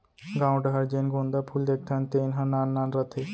गॉंव डहर जेन गोंदा फूल देखथन तेन ह नान नान रथे